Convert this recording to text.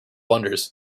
wonders